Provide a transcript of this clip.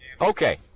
Okay